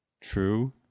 true